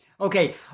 Okay